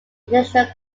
international